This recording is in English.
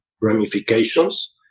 ramifications